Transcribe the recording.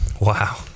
Wow